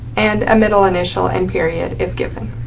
and middle initial and period if given.